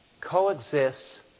coexists